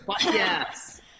Yes